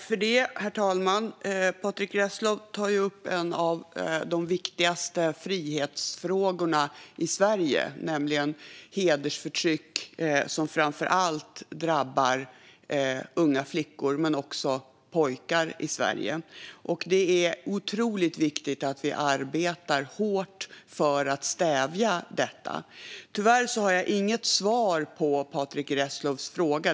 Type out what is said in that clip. Herr talman! Patrick Reslow tar upp en av de viktigaste frihetsfrågorna i Sverige, nämligen hedersförtryck, som drabbar framför allt unga flickor men också pojkar i Sverige. Det är otroligt viktigt att vi arbetar hårt för att stävja detta. Tyvärr har jag inget svar på Patrick Reslows fråga.